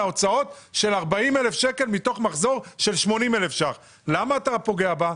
להוצאות של 40,000 ₪ מתוך מחזור של 80,000 ₪ למה אתה פוגע בה?